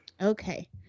Okay